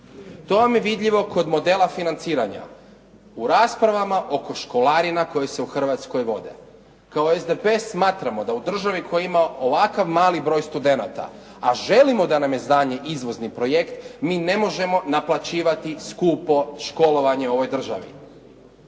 To vam je vidljivo kod modela financiranja. U raspravama oko školarina koje se u Hrvatskoj vode. Kao SDP smatramo da u državi koja ima ovakav mali broj studenata, a želimo da nam je znanje izvozni projekt, mi ne možemo naplaćivati skupo školovanje u ovoj državi.